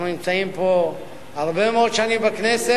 אנחנו נמצאים פה הרבה מאוד שנים בכנסת,